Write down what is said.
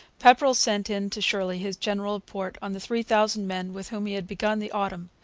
pepperrell sent in to shirley his general report on the three thousand men with whom he had begun the autumn.